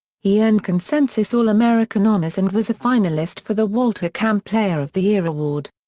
he earned consensus all-american honors and was a finalist for the walter camp player of the year award.